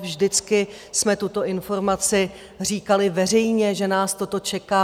Vždycky jsme tuto informaci říkali veřejně, že nás toto čeká.